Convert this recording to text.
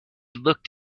looked